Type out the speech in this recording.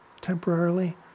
temporarily